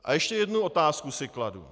A ještě jednu otázku si kladu.